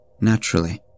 Naturally